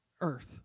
earth